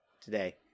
today